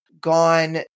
gone